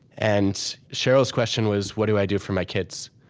and sheryl's question was, what do i do for my kids?